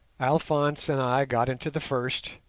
alphonse and i got into the first,